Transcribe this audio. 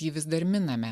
ji vis dar miname